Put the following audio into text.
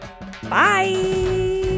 Bye